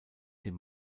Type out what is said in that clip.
dem